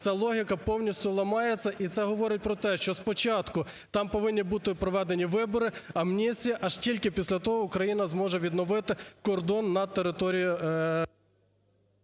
ця логіка повністю ламається і це говорить про те, що спочатку там повинні бути проведені вибори, амністія, аж тільки після того Україна зможе відновити кордон на території…